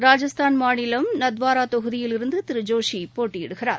ராஜஸ்தான் மாநிலம் நத்வாரா தொகுதியில் இருந்து திரு ஜோஷி போட்டியிடுகிறார்